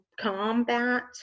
combat